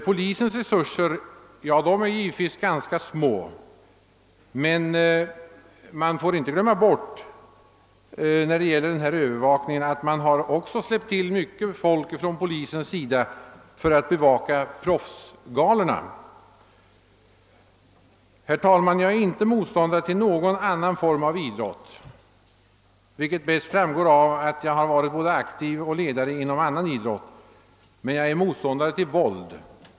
Polisens resurser är givetvis ganska små, men när man talar om övervakning får man inte glömma bort att polisen också har släppt till mycket folk för att bevaka proffsgalorna. Herr talman! Jag är inte motståndare till någon annan form av idrott än boxning, vilket bäst framgår av att jag har varit både aktiv och ledare inom andra grenar, men jag är motståndare till våld.